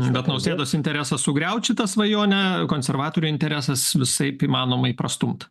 bet nausėdos interesas sugriaut šitą svajonę konservatorių interesas visaip įmanomai prastumt